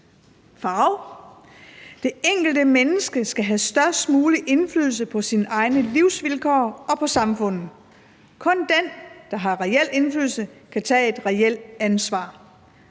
farve: »Det enkelte menneske skal have størst mulig indflydelse på sine egne livsvilkår og på samfundet. Kun den, der har reel indflydelse, kan tage et reelt ansvar.«